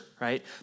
right